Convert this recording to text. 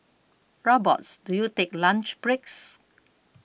Robots do you take lunch breaks